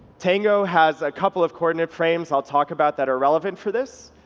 tango has a couple of coordinate frames i'll talk about that are relevant for this.